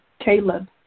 Caleb